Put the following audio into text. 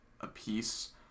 apiece